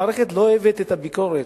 המערכת לא אוהבת את הביקורת.